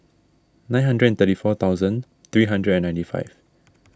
nine hundred and thirty four thousand three hundred and ninety five